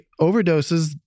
overdoses